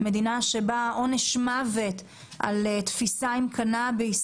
מדינה בה עונש מוות על תפיסה עם קנאביס